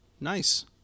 Nice